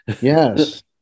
yes